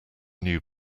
new